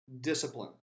discipline